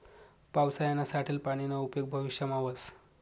पावसायानं साठेल पानीना उपेग भविष्यमा व्हस